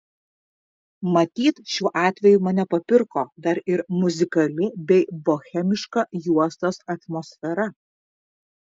matyt šiuo atveju mane papirko dar ir muzikali bei bohemiška juostos atmosfera